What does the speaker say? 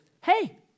hey